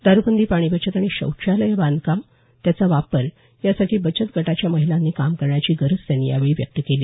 दारूबंदी पाणी बचत आणि शौचालयं बांधकाम आणि त्याचा वापर यासाठी बचत गटाच्या महिलांनी काम करण्याची गरजही त्यांनी व्यक्त केली